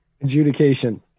Adjudication